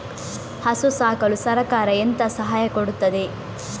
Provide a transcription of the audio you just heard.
ಹಸು ಸಾಕಲು ಸರಕಾರ ಎಂತ ಸಹಾಯ ಕೊಡುತ್ತದೆ?